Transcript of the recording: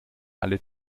alle